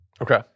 Okay